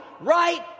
right